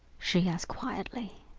she asked quietly,